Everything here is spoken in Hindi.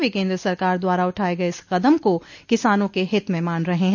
वे केन्द्र सरकार द्वारा उठाये गये इस कदम को किसानों के हित में मान रहे है